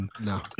No